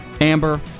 Amber